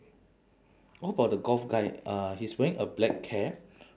what about the golf guy uh he's wearing a black cap